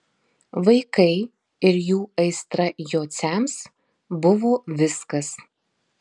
vaikai ir jų aistra jociams buvo viskas